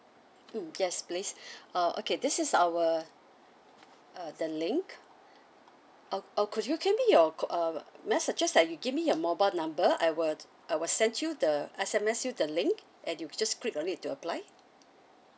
mm yes please uh okay this is our uh the link or or could you give me your c~ uh may I suggest that you give me your mobile number I will I will send you the S_M_S you the link and you just click on it to apply